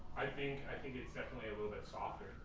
i think i think it's definitely a little bit softer.